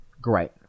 great